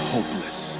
Hopeless